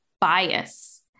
bias